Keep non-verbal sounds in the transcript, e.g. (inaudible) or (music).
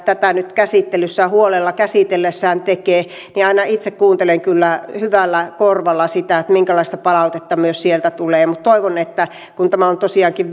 tähän nyt huolella käsitellessään tekee niin aina itse kuuntelen kyllä hyvällä korvalla sitä minkälaista palautetta myös sieltä tulee mutta toivon että kun tämä on tosiaankin (unintelligible)